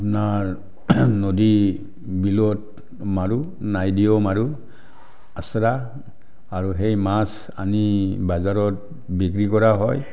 আপোনাৰ নদী বিলত মাৰোঁ নাইদেউ মাৰোঁ আশ্ৰা আৰু সেই মাছ আনি বজাৰত বিক্ৰী কৰা হয়